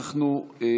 טאהא?